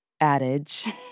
adage